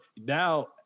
now